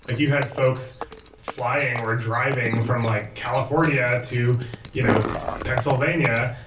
ah you had folks flying or driving from like california, to you know pennsylvania,